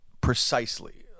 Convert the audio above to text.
precisely